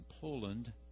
Poland